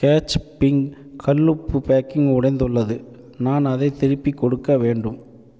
catch pink கல் உப்பு packing உடைந்துள்ளது நான் அதை திருப்பிக் கொடுக்க வேண்டும்